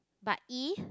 but E